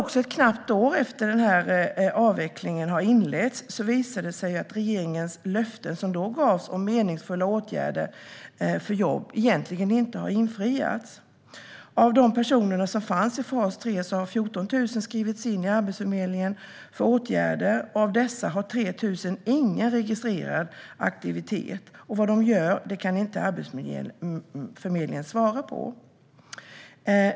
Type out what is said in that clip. Knappt ett år efter att avvecklingen inleddes visade det sig att regeringens löfte, som då gavs om meningsfulla åtgärder för jobb, egentligen inte har infriats. Av de personer som fanns i fas 3 har 14 000 skrivits in hos Arbetsförmedlingen för åtgärder. Av dessa har 3 000 ingen registrerad aktivitet, och vad de gör kan Arbetsförmedlingen inte svara på.